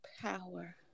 power